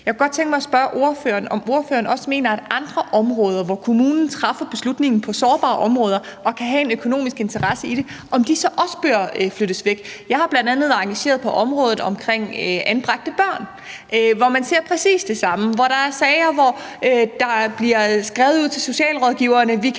Jeg kunne godt tænke mig at spørge ordføreren, om ordføreren også mener, at andre områder, sårbare områder, hvor kommunen træffer beslutningen og kan have en økonomisk interesse i det, så også bør flyttes væk. Jeg har bl.a. været engageret på området omkring anbragte børn, hvor man ser præcis det samme – der er sager, hvor der bliver skrevet ud til socialrådgiverne, at man